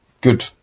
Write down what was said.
good